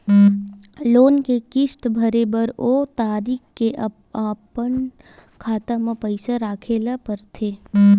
loan के किस्त भरे बर ओ तारीख के अपन खाता म पइसा राखे ल परथे